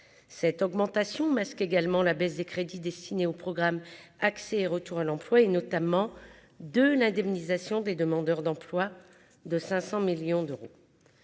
cette augmentation masque également la baisse des crédits destinés au programme accès et retour à l'emploi et notamment de l'indemnisation des demandeurs d'emploi de 500 millions d'euros,